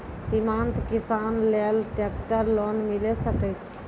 सीमांत किसान लेल ट्रेक्टर लोन मिलै सकय छै?